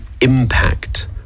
impact